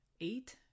Eight